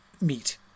meet